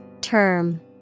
Term